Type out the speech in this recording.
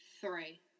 three